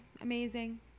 Amazing